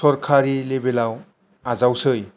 सरखारि लेबेलाव आजावसै